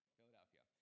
Philadelphia